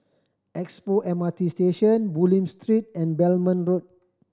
Expo M R T Station Bulim Street and Belmont Road